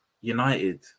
United